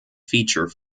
feature